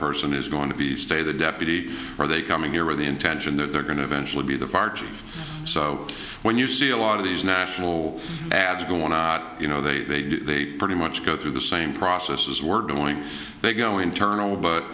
person is going to be stay the deputy are they coming here with the intention that they're going to eventually be the so when you see a lot of these national ads going on you know they they pretty much go through the same process as we're going to go internal but